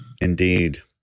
Indeed